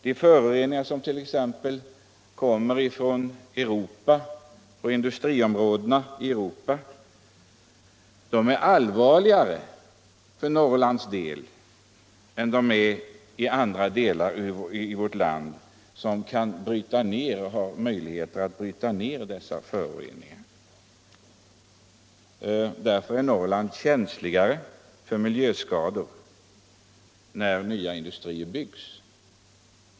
De föroreningar som t.ex. kommer från industriområdena i Europa är allvarligare för Norrlands del än för andra delar av vårt land, som har möjligheter att bryta ner dem. Därför är Norrland känsligare för miljöskador när nya industrier byggs.